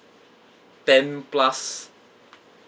ten plus